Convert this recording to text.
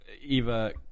Eva